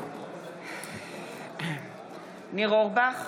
מזכירת הכנסת ירדנה מלר-הורוביץ: (קוראת בשמות חברי הכנסת) ניר אורבך,